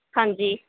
ਹਾਂਜੀ